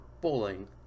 bowling